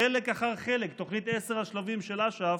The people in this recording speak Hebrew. חלק אחר חלק, תוכנית עשרת השלבים של אש"ף,